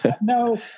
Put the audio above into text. No